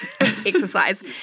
exercise